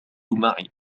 معي